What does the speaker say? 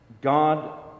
God